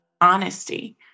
honesty